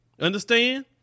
understand